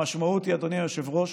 המשמעות היא, אדוני היושב-ראש,